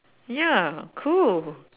ya cool